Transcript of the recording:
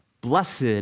Blessed